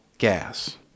Gas